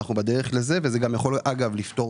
אנחנו בדרך לזה וזה גם יכול אגב לפתור